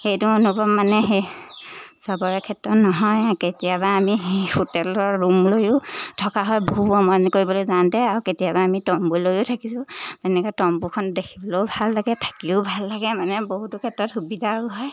সেইটো অনুভৱ মানে সেই চবৰে ক্ষেত্ৰত নহয় কেতিয়াবা আমি সেই হোটেলৰ ৰুমলৈয়ো থকা হয় বহু ভ্ৰমণ কৰিবলৈ যাওঁতে আৰু কেতিয়াবা আমি তম্বুলৈয়ো থাকিছোঁ এনেকৈ তম্বুখন দেখিবলৈও ভাল লাগে থাকিও ভাল লাগে মানে বহুতো ক্ষেত্ৰত সুবিধাও হয়